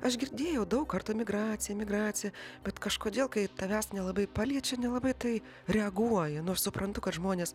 aš girdėjau daug kartų migracija migracija bet kažkodėl kai tavęs nelabai paliečia nelabai tai reaguoji nu aš suprantu kad žmonės